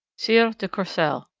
sieur de courcelle,